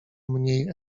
mniej